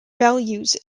values